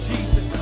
Jesus